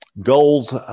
goals